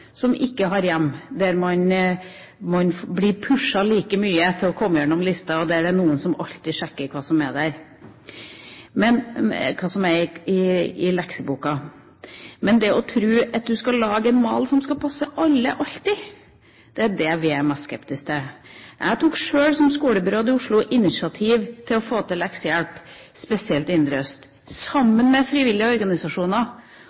som ikke har hjem der man blir pushet like mye til å komme over lista, og der det er noen som alltid sjekker hva som er i lekseboka. Men å tro at du skal lage en mal som skal passe alle, alltid, er det vi er mest skeptiske til. Jeg tok sjøl som skolebyråd i Oslo initiativ til å få til leksehjelp, spesielt